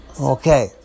Okay